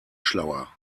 schlauer